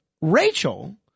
Rachel